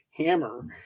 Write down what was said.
hammer